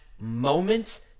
moments